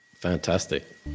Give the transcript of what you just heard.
Fantastic